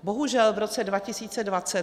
Bohužel v roce 2020